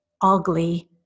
ugly